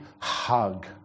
hug